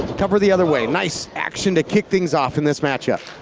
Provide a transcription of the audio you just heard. cover the other way. nice action to kick things off in this matchup.